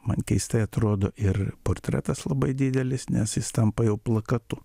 man keistai atrodo ir portretas labai didelis nes jis tampa jau plakatu